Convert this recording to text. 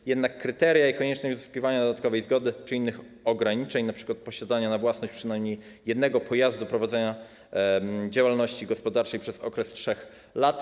Są jednak kryteria i konieczność uzyskiwania dodatkowej zgody czy innych ograniczeń, np. posiadania na własność przynajmniej jednego pojazdu w przypadku prowadzenia działalności gospodarczej przez okres 3 lat.